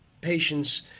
patients